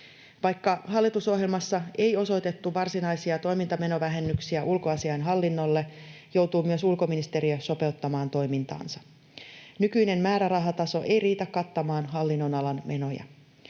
Vaikka hallitusohjelmassa ei osoitettu varsinaisia toimintamenovähennyksiä ulkoasiainhallinnolle, joutuu myös ulkoministeriö sopeuttamaan toimintaansa. Nykyinen määrärahataso ei riitä kattamaan hallinnonalan menoja.